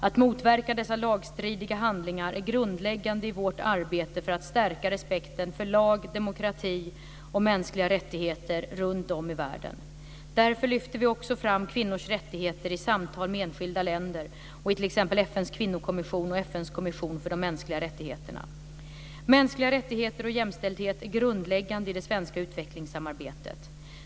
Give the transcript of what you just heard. Att motverka dessa lagstridiga handlingar är grundläggande i vårt arbete för att stärka respekten för lag, demokrati och mänskliga rättigheter runtom i världen. Därför lyfter vi också fram kvinnors rättigheter i samtal med enskilda länder och i t.ex. FN:s kvinnokommission och FN:s kommission för de mänskliga rättigheterna. Mänskliga rättigheter och jämställdhet är grundläggande i det svenska utvecklingssamarbetet.